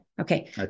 Okay